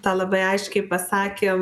tą labai aiškiai pasakėm